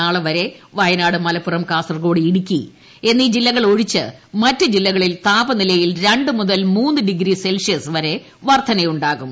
നാളെ വരെ വയനാട് മലപ്പുറം കാസർകോട് ഇടുക്കി എന്നീ ജില്ലകളൊഴിച്ച് മറ്റു ജില്ലകളിൽ താപനിലയിൽ രണ്ട് മുതൽ മൂന്ന് ഡിഗ്രി സെൽഷ്യസ് വർദ്ധന ഉണ്ടാകും